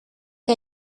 que